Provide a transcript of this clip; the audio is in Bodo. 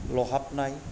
लावहाबनाय